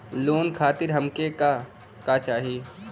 Loan खातीर हमके का का चाही?